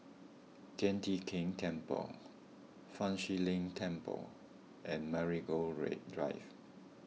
Tian Teck Keng Temple Fa Shi Lin Temple and Marigold Drive